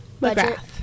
McGrath